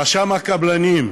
רשם הקבלנים,